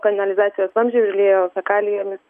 kanalizacijos vamzdžiai užliejo fekalijomis